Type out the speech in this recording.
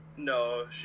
No